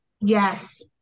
Yes